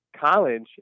college